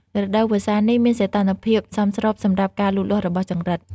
រដូវវស្សានេះមានសីតុណ្ហភាពសមស្របសម្រាប់ការលូតលាស់របស់ចង្រិត។